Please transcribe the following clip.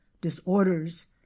disorders